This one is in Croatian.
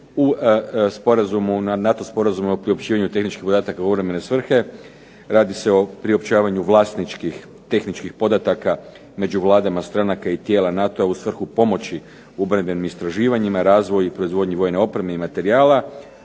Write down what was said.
NATO sporazumu o priopćivanju tehničkih podataka u obrambene svrhe radi se o priopćavanju vlasničkih, tehničkih podataka među vladama stranaka i tijela NATO-a u svrhu pomoći u obrambenim istraživanjima, razvoju i proizvodnji vojne opreme i materijala.